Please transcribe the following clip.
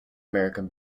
american